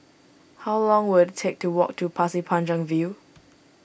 how long will it take to walk to Pasir Panjang View